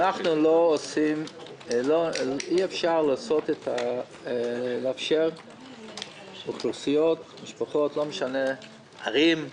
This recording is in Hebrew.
אי-אפשר לאפשר לאוכלוסיות, משפחות, ערים,